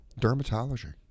dermatology